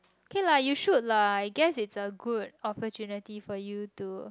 okay lah you should lah I guess is a good opportunity for you to